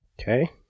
Okay